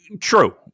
True